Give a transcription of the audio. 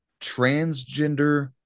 transgender